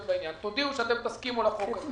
תודיעו שאתם תסכימו לחוק הזה